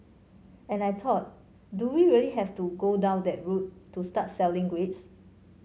and I thought do we really have to go down that route to start selling grades